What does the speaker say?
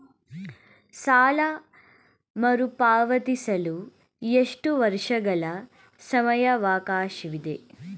ಸಾಲ ಮರುಪಾವತಿಸಲು ಎಷ್ಟು ವರ್ಷಗಳ ಸಮಯಾವಕಾಶವಿದೆ?